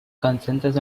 consensus